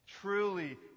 Truly